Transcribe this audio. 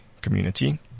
community